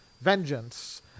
vengeance